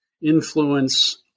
influence